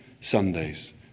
Sundays